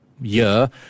year